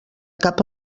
cap